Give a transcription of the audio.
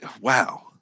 Wow